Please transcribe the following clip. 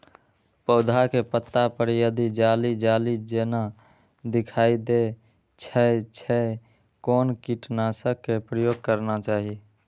पोधा के पत्ता पर यदि जाली जाली जेना दिखाई दै छै छै कोन कीटनाशक के प्रयोग करना चाही?